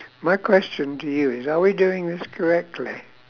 my question to you is are we doing this correctly